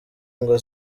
ngo